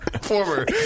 Former